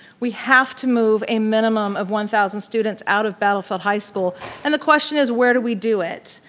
we have to move a minimum of one thousand students out of battlefield high school and the question is, where do we do it?